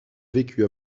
vécu